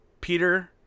Peter